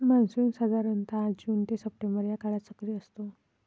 monsoon साधारणतः June ते September या काळात सक्रिय असतो